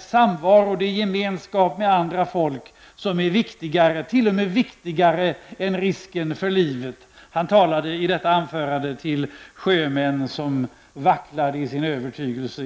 samvaro och gemenskap med andra folk t.o.m. är viktigare är faran för livet. Han talade i detta anförande till sjömän som inför stormens dån vacklade i sin övertygelse.